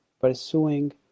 pursuing